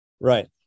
right